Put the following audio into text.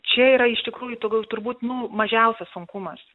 čia yra iš tikrųjų tugul turbūt nu mažiausias sunkumas